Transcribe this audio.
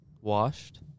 washed